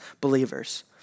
believers